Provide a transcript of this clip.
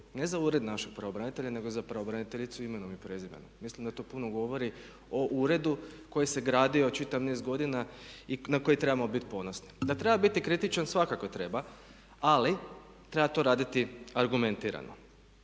ne za ured našeg pravobranitelja nego za pravobraniteljicu imenom i prezimenom. Mislim da to puno govorio o uredu koji se gradio čitav niz godina i na koji trebamo biti ponosni. Da treba biti kritičan svakako treba ali treba to raditi argumentirano.